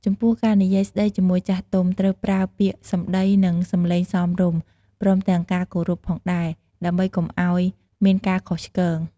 ចំពោះការនិយាយស្ដីជាមួយចាស់ទុំត្រូវប្រើពាក្យសម្ដី និងសំឡេងសមរម្យ ព្រមទាំងការគោរពផងដែរ ដើម្បីកុំឲ្យមានការខុសឆ្គង។